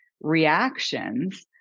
reactions